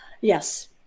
Yes